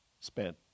spent